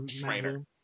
trainer